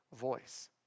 voice